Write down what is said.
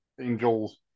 angels